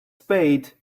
spade